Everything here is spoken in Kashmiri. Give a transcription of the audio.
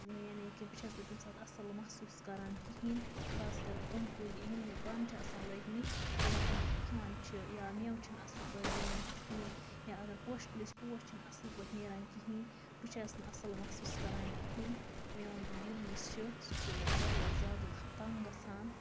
یعنی کہِ بہٕ چھَس تَمہِ ساتہٕ اَصٕل محسوٗس کران کِہینۍ تہِ خاص کر تِم کُلۍ یِم مےٚ پانہٕ چھِ آسان لٲگمٕتۍ اَگر تِم ہوٚکھان چھِ یا میوٕ چھِ نہٕ اَصٕل پٲٹھۍ دِوان کِہینۍ یا اَگر پوشہٕ کُلِس پوش چھِنہٕ اصٕل پٲٹھۍ نیران کِہینۍ بہٕ چھَس نہٕ اَصٕل مَحسوٗس کران کِہینۍ میون دِل یُس چھُ سُہ چھُ واریاہ زیادٕ تَنگ گژھان